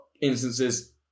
instances